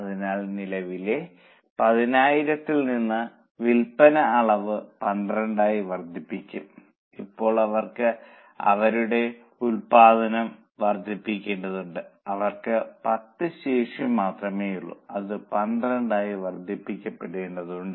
അതിനാൽ നിലവിലെ 10000 ൽ നിന്ന് വിൽപ്പന അളവ് 12 ആയി വർദ്ധിക്കും ഇപ്പോൾ അവർക്ക് അവരുടെ ഉൽപ്പാദനം വർദ്ധിപ്പിക്കേണ്ടതുണ്ട് അവർക്ക് 10 ശേഷി മാത്രമേയുള്ളൂ അത് 12 ആയി വർദ്ധിപ്പിക്കേണ്ടതുണ്ട്